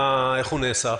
איך הוא נאסף?